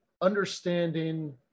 understanding